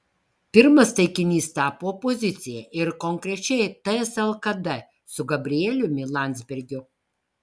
pirmas taikinys tapo opozicija ir konkrečiai ts lkd su gabrieliumi landsbergiu